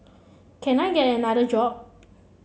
can I get another job